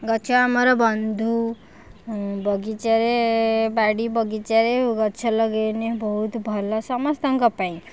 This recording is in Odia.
ଗଛ ଆମର ବନ୍ଧୁ ବଗିଚାରେ ବାଡ଼ି ବଗିଚାରେ ଗଛ ଲଗାଇଲେ ବହୁତ ଭଲ ସମସ୍ତଙ୍କ ପାଇଁ